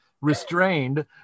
restrained